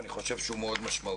אבל אני חושב שהוא מאוד משמעותי,